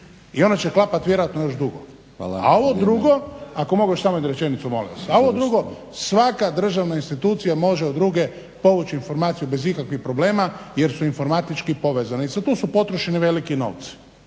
i ona će klapati vjerojatno još dugo. … /Upadica: Hvala./ … Ako mogu još samo jednu rečenicu molim vas. A ovo drugo svaka državna institucija može od druge povrući informaciju bez ikakvih problema jer su informatički povezani i zato su potrošeni veliki novci.